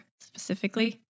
specifically